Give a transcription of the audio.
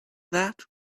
that